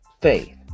faith